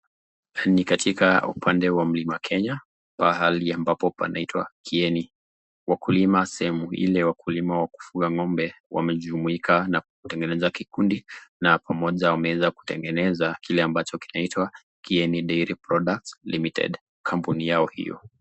Ni katika upande wa mlima Kenya, pahali ambapo panaitwa Kieni. Wakulima sehemu hili wakulima wa kufuga ng'ombe wamejumuika na kutengeneza kikundi na pamoja wameeza kutengeneza kile ambcho kinaitwwa Kieni Dairy Products Limited, kampuni yao hiyo.